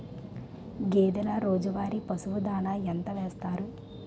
గేదెల రోజువారి పశువు దాణాఎంత వేస్తారు?